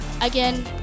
again